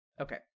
Okay